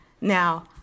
Now